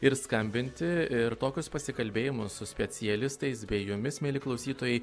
ir skambinti ir tokius pasikalbėjimus su specialistais bei jumis mieli klausytojai